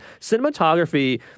cinematography